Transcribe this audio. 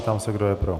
Ptám se, kdo je pro.